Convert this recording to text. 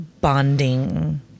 bonding